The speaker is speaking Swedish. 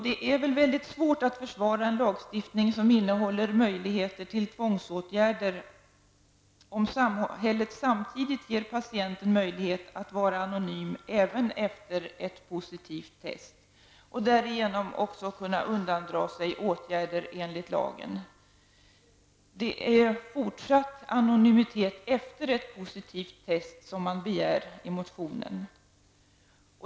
Det är svårt att försvara en lagstiftning som innehåller möjligheter till tvångsåtgärder, om samhället samtidigt ger patienten möjlighet att vara anonym även efter ett positivt test och därigenom möjlighet att undandra sig åtgärder enligt lagen. Det är fortsatt anonymitet efter ett positivt test som begärs i motionen.